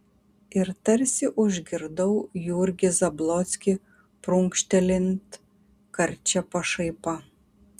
ir tarsi užgirdau jurgį zablockį prunkštelint karčia pašaipa